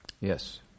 Yes